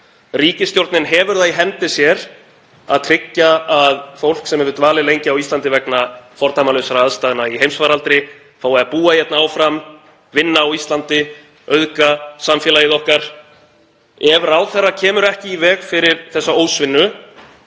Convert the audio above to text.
Ríkisstjórnin hefur það í hendi sér að tryggja að fólk sem hefur dvalið lengi á Íslandi vegna fordæmalausra aðstæðna í heimsfaraldri fái að búa hérna áfram, vinna á Íslandi, auðga samfélagið okkar. Ef ráðherra kemur ekki í veg fyrir þessa ósvinnu